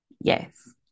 yes